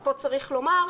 כפי שתיארתי: